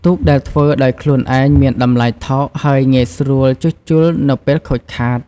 ទូកដែលធ្វើដោយខ្លួនឯងមានតម្លៃថោក ហើយងាយស្រួលជួសជុលនៅពេលខូចខាត។